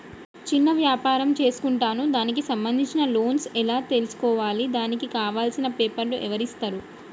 చిన్న వ్యాపారం చేసుకుంటాను దానికి సంబంధించిన లోన్స్ ఎలా తెలుసుకోవాలి దానికి కావాల్సిన పేపర్లు ఎవరిస్తారు?